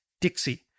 Dixie